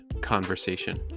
conversation